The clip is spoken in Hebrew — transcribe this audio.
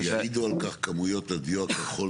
ויעידו כך כמויות הדיו הכחול